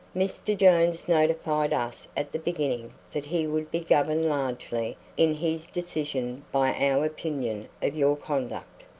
mr. jones notified us at the beginning that he would be governed largely in his decision by our opinion of your conduct.